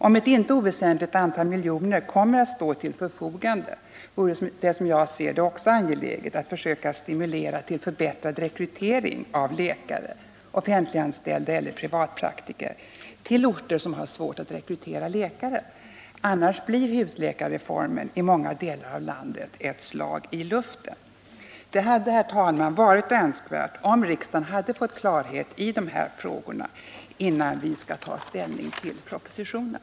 Om ett inte oväsentligt antal miljoner kommer att stå till förfogande vore det, som jag ser det, också angeläget att försöka stimulera till förbättrad rekrytering av läkare, offentliganställda eller privatpraktiker, till orter som har svårt att rekrytera läkare. Annars blir husläkarreformen i många delar av landet ett slag i luften. Det hade, herr talman, varit önskvärt om riksdagen hade fått klarhet i dessa frågor innan vi skall ta ställning till propositionen.